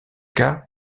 cas